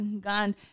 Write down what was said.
gone